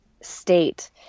state